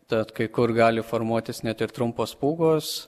tad kai kur gali formuotis net ir trumpos pūgos